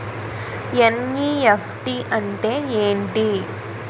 NEFT అంటే ఎంటి?